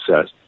says